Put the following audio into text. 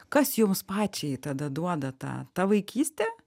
kas jums pačiai tada duoda tą ta vaikystė